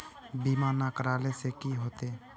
बीमा ना करेला से की होते?